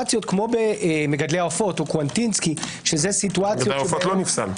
כמו במגדלי העופות או קווטינסקי- - מגדלי העופות לא נפסל.